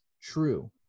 true